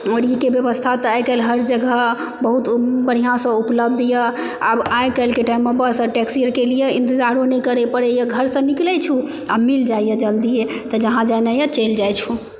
आओर ई के ब्यबस्था तऽ आइकाल्हि हर जगह बहुत बढ़िऑंसँ उपलब्ध यऽ आब आइकाल्हिके टाइममे बस टैक्सी आरके लिय इन्तजारो नहि करय परै यऽ घरसँ निकलै छी आ मिल जाइ यऽ जल्दिये तऽ जहाँ जेनाइ यऽ चलि जाइ छी